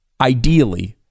ideally